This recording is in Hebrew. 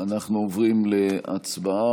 אנחנו עוברים להצבעה.